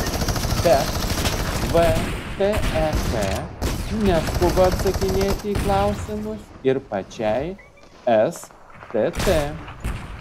bet vtek neskuba atsakinėti į klausimus ir pačiai stt